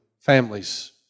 families